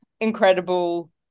incredible